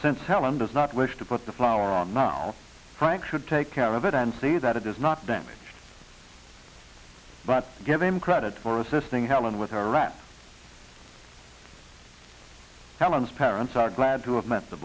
since helen does not wish to put the flour on now frank should take care of it and see that it is not damaged but give him credit for assisting helen with her wrap talents parents are glad to have met the